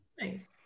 Nice